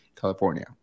California